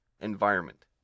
environment